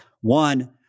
one